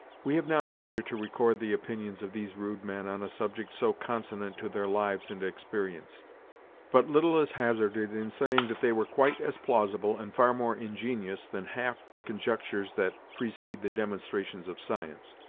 we have not leisure to record the opinions of these rude men on a subject so consonant to their lives and experience but little is hazarded in saying that they were quite as plausible, and far more ingenious, than half the conjectures that precede the demonstrations of science.